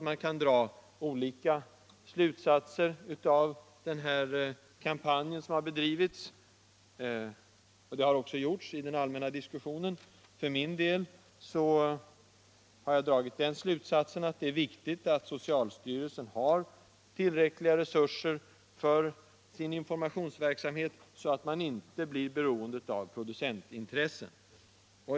Man kan dra olika slutsatser av den kampanj som har bedrivits, och det har också gjorts i den allmänna diskussionen. För min del har jag dragit den slutsatsen att det är viktigt att socialstyrelsen har tillräckliga resurser för sin informationsverksamhet, så att den inte blir beroende av producentintressen.